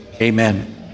Amen